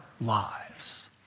lives